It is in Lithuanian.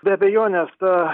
be abejonės ta